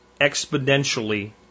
exponentially